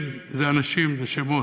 כן, זה אנשים, זה שמות.